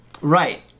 Right